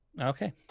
Okay